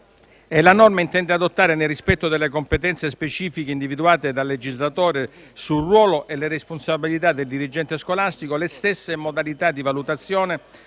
La norma intende adottare, nel rispetto delle competenze specifiche individuate dal legislatore sul ruolo e le responsabilità del dirigente scolastico, le stesse modalità di valutazione